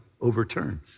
overturned